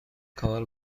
کار